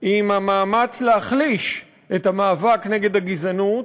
עם המאמץ להחליש את המאבק נגד הגזענות